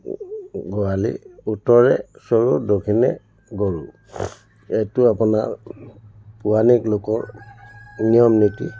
গোহালি উত্তৰে চৰু দক্ষিণে গৰু এইটো আপোনাৰ পৌৰাণিক লোকৰ নিয়ম নীতি